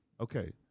Okay